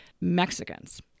Mexicans